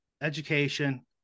education